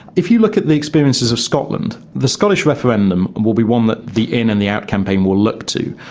if you look at the experiences of scotland, the scottish referendum will be one that the in and the out campaign will look to.